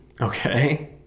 Okay